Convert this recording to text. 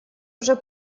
уже